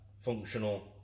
functional